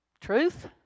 Truth